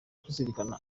kuzirikana